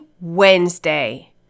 Wednesday